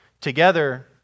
together